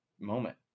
moment